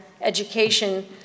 education